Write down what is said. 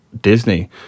Disney